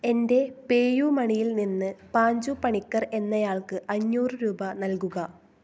എൻ്റെ പേയുമണിയിൽ നിന്ന് പാഞ്ചു പണിക്കർ എന്നയാൾക്ക് അഞ്ഞൂറ് രൂപ നൽകുക